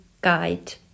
guide